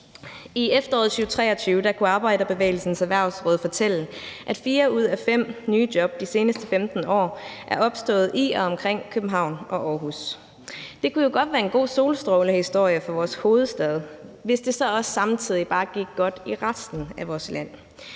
I efteråret 2023 kunne Arbejderbevægelsens Erhvervsråd fortælle, at fire ud af fem nye job de seneste 15 år er opstået i og omkring København og Aarhus. Det kunne jo godt være en god solstrålehistorie for vores hovedstad, hvis det så bare også samtidig gik godt i resten af vores land,